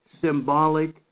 symbolic